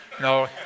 No